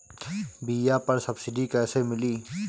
बीया पर सब्सिडी कैसे मिली?